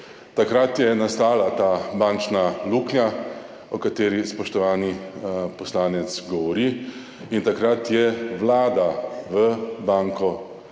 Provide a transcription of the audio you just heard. Takrat je nastala ta bančna luknja, o kateri spoštovani poslanec govori, in takrat je vlada v banko